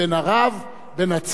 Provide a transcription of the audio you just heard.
בן נצרת ובני":